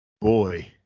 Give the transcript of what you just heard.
boy